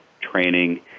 training